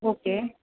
okay